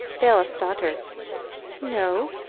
bailiff's daughter no?